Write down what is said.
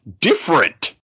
different